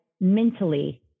mentally